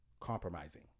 compromising